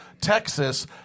Texas